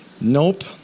Nope